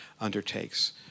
undertakes